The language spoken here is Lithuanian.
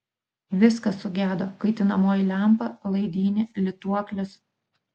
viskas sugedo kaitinamoji lempa laidynė lituoklis